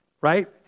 right